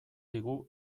digu